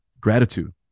gratitude